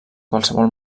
qualsevol